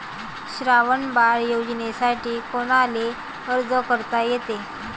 श्रावण बाळ योजनेसाठी कुनाले अर्ज करता येते?